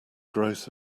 growth